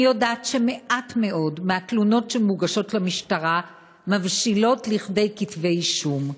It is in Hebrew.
אני יודעת שמעט מאוד מהתלונות שמוגשות למשטרה מבשילות כדי כתב-אישום.